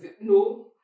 no